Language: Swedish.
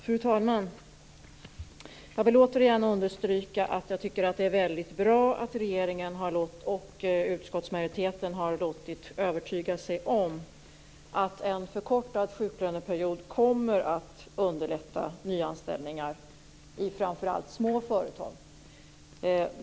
Fru talman! Jag vill återigen understryka att jag tycker att det är väldigt bra att regeringen och utskottsmajoriteten har låtit övertyga sig om att en förkortad sjuklöneperiod kommer att underlätta nyanställningar i framför allt små företag.